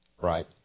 Right